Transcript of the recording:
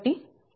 తరువాత ది 0